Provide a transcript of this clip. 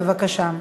בבקשה.